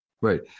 Right